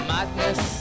Madness